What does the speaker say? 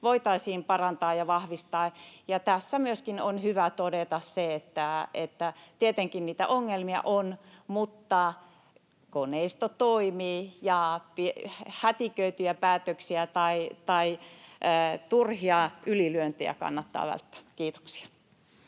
voitaisiin parantaa ja vahvistaa. Tässä myöskin on hyvä todeta se, että tietenkin niitä ongelmia on mutta koneisto toimii ja hätiköityjä päätöksiä tai turhia ylilyöntejä kannattaa välttää. — Kiitoksia.